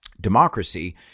democracy